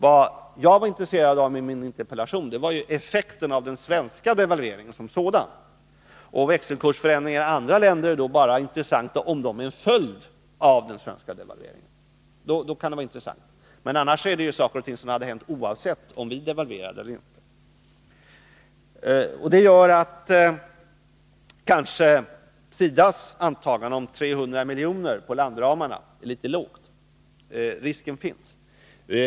Vad jag frågat efter i min interpellation är effekterna av den svenska devalveringen som sådan. Växelkursförändringar i andra länder är då intressanta bara om de är en följd av den svenska devalveringen. Annars är det något som hade hänt oavsett om Sverige devalverade eller inte. Det gör att SIDA:s antagande om 300 miljoner när det gäller landramarna kan vara litet lågt — risken finns.